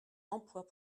emplois